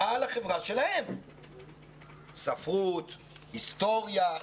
על החברה שלהם ספרות, היסטוריה,